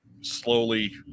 slowly